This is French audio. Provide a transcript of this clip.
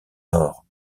nord